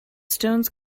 stones